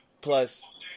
plus